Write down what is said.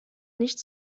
nicht